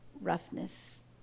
roughness